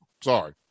Sorry